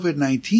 COVID-19